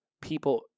people